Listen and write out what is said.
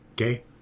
Okay